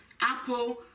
Apple